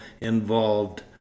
involved